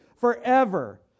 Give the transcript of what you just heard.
forever